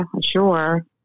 Sure